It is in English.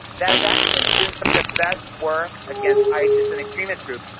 that is actually doing some of the best work against isis and extremist groups.